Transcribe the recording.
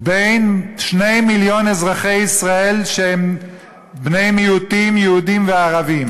2 מיליון אזרחי ישראל שהם בני מיעוטים יהודים וערבים,